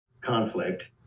conflict